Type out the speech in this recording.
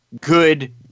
good